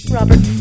Robert